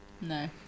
No